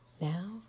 Now